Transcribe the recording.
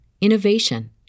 innovation